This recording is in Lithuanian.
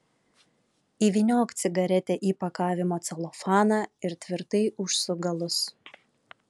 įvyniok cigaretę į pakavimo celofaną ir tvirtai užsuk galus